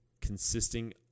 consisting